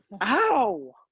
Ow